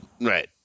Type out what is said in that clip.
right